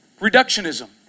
reductionism